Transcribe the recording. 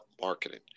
marketing